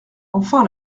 enfin